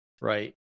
right